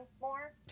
more